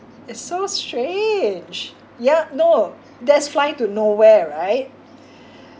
it's so strange ya no that's fly to nowhere right